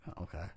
Okay